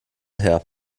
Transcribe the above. her